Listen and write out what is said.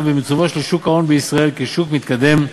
במיצובו של שוק ההון בישראל כשוק מתקדם,